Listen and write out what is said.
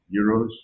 Euros